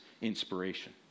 inspiration